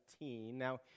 Now